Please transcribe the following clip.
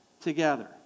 together